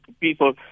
people